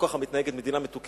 לא ככה מתנהגת מדינה מתוקנת.